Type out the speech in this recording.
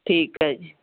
ਠੀਕ ਆ ਜੀ